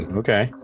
okay